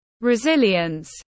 resilience